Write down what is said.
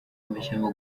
amashyamba